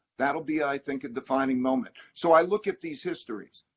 that will be, i think, a defining moment. so i look at these histories.